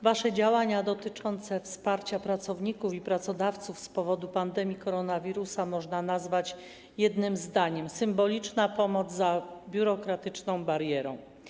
Wasze działania dotyczące wsparcia pracowników i pracodawców z powodu pandemii koronawirusa można nazwać jednym zdaniem: symboliczna pomoc za biurokratyczną barierą.